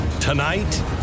tonight